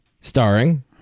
starring